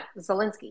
Zelensky